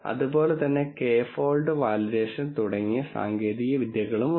അതുപോലെ തന്നെ K fold validation തുടങ്ങിയ സാങ്കേതിക വിദ്യകളുണ്ട്